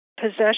possession